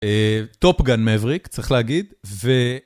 טופגן מאווריק, צריך להגיד, ו...